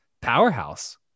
powerhouse